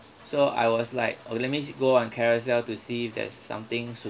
so I was like oh let me go on carousell to see if there's something suitable